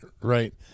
right